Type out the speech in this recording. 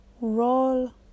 roll